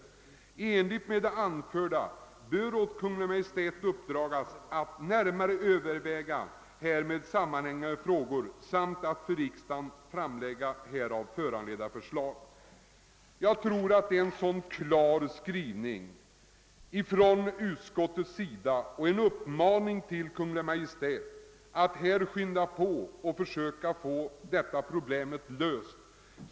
I enlighet med det anförda bör åt Kungl. Maj:t uppdragas att närmare överväga härmed sammanhängande frågor samt att för riksdagen framlägga därav föranledda förslag.» Utskottets skrivning innebär alltså en klar uppmaning till Kungl. Maj:t att skyndsamt försöka få detta problem löst.